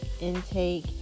intake